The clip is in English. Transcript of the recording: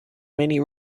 many